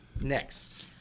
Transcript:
Next